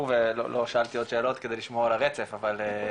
ולא שאלתי עוד שאלות כדי לשמור על הרצף אבל,